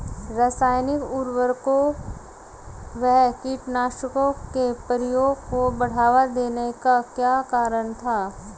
रासायनिक उर्वरकों व कीटनाशकों के प्रयोग को बढ़ावा देने का क्या कारण था?